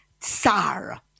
Tsar